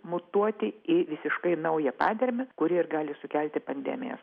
mutuoti į visiškai naują padermę kuri ir gali sukelti pandemijas